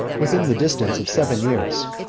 within the distance of seven years.